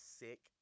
sick